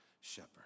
shepherd